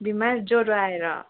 बिमार ज्वरो आएर